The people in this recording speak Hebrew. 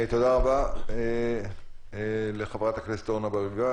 תודה רבה לחברת הכנסת אורנה ברביבאי.